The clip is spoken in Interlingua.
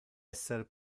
esser